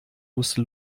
wusste